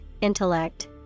intellect